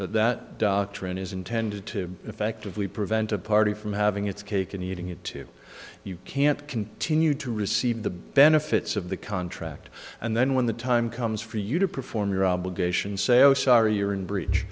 that doctrine is intended to effectively prevent a party from having its cake and eating it too you can't continue to receive the benefits of the contract and then when the time comes for you to perform your obligations say oh sorry you're in breach